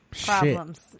problems